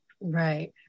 Right